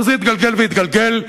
וזה התגלגל והתגלגל,